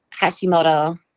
hashimoto